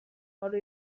حالا